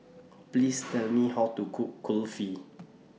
Please Tell Me How to Cook Kulfi